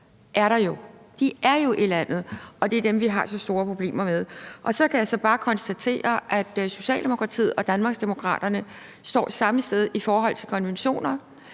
at de jo er i landet, og det er dem, vi har så store problemer med. Så kan jeg bare konstatere, at Socialdemokratiet og Danmarksdemokraterne står samme sted i forhold til konventionerne.